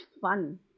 fun